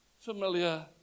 familiar